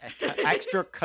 extra